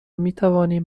میتوانیم